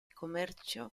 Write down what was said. commercio